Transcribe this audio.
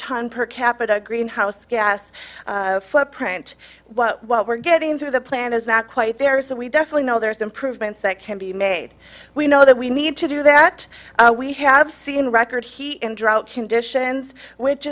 ton per capita greenhouse gas footprint while we're getting through the plan is not quite there so we definitely know there's improvements that can be made we know that we need to do that we have seen record he in drought conditions which